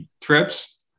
trips